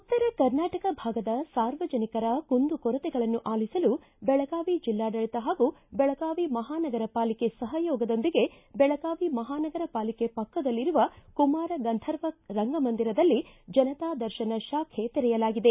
ಉತ್ತರ ಕರ್ನಾಟಕ ಭಾಗದ ಸಾರ್ವಜನಿಕ ಕುಂದು ಕೊರತೆಗಳನ್ನು ಆಲಿಸಲು ಬೆಳಗಾವಿ ಜಿಲ್ಲಾಡಳಿತ ಹಾಗೂ ಬೆಳಗಾವಿ ಮಹಾನಗರ ಪಾಲಿಕೆ ಸಹಯೋಗದೊಂದಿಗೆ ಬೆಳಗಾವಿ ಮಹಾನಗರ ಪಾಲಿಕೆ ಪಕ್ಕದಲ್ಲಿರುವ ಕುಮಾರ ಗಂಧರ್ವ ರಂಗಮಂದಿರಲ್ಲಿ ಜನತಾ ದರ್ಶನ ಶಾಖೆ ತೆರೆಯಲಾಗಿದೆ